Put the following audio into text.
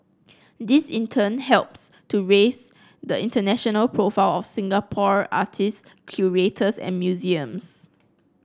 this in turn helps to raise the international profile of Singapore artist curators and museums